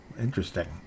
Interesting